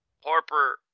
Harper